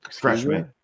freshman